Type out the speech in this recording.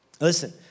Listen